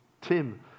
Tim